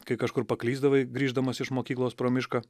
kai kažkur paklysdavai grįždamas iš mokyklos pro mišką